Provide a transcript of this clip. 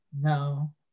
no